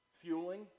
Fueling